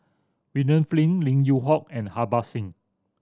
William Flint Lim Yew Hock and Harbans Singh